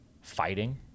fighting